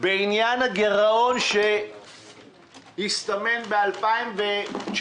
בעניין הגרעון שהסתמן ב-2019,